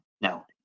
no